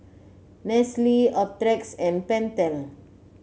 Nestle Optrex and Pentel